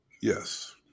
Yes